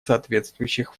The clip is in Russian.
соответствующих